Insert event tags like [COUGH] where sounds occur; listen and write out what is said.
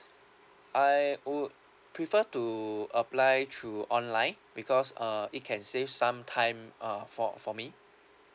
[BREATH] I would prefer to apply through online because uh it can save some time uh for for me